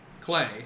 Clay